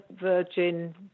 virgin